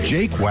Jake